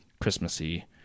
Christmassy